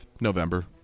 November